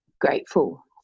grateful